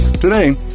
Today